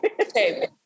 Okay